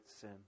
sin